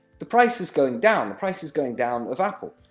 the price is going down the price is going down of apple.